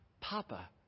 Papa